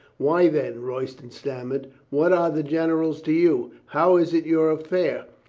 why, then? royston stammered. what are the generals to you? how is it your affair?